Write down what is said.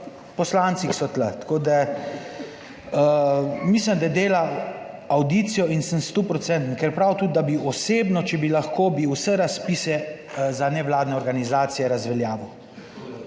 poslanci, ki so tu. Tako da mislim, da dela avdicijo in sem 100 %, ker prav je tudi, da bi osebno, če bi lahko, bi vse razpise za nevladne organizacije razveljavil.